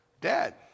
Dad